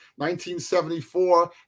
1974